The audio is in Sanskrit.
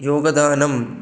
योगदानम्